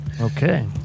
okay